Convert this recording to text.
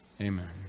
amen